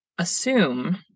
assume